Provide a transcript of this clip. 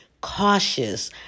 cautious